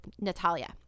Natalia